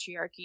patriarchy